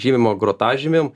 žymima grotažymėm